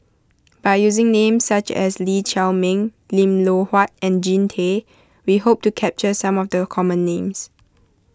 by using names such as Lee Chiaw Meng Lim Loh Huat and Jean Tay we hope to capture some of the common names